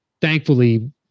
thankfully